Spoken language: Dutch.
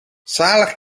zalig